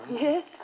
Yes